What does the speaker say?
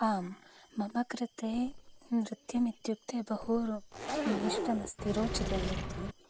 आं मम कृते नृत्यमित्युक्ते बहु रो इष्टमस्ति रोचते नृत्यं